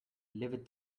livid